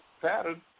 pattern